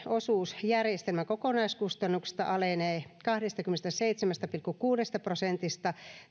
osuus järjestelmän kokonaiskustannuksista alenee kahdestakymmenestäseitsemästä pilkku kuudesta prosentista